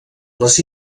les